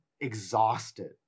exhausted